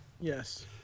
Yes